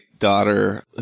daughter